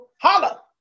holla